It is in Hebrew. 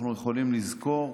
אנחנו יכולים לזכור,